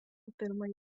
pirmąjį